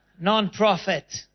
Non-profit